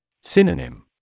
Synonym